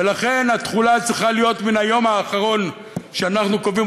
ולכן התחילה צריכה להיות מן היום האחרון שאנחנו קובעים